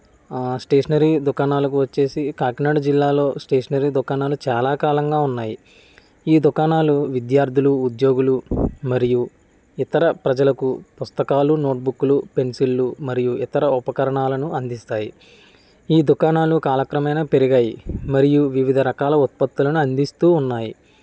stationery దుకాణాలకు వచ్చేసి కాకినాడ జిల్లాలో స్టేషనరీ దుకాణాలు చాలా కాలంగా ఉన్నాయి ఈ దుకాణాలు విద్యార్థులు ఉద్యోగులు మరియు ఇతర ప్రజలకు పుస్తకాలు నోటుబుక్కులు పెన్సిళ్లు మరియు ఇతర ఉపకరణాలను అందిస్తాయి ఈ దుకాణాలు కాలుకరమైన పెరిగాయి మరియు వివిధ రకాల ఉత్పత్తులను అందిస్తూ ఉన్నాయి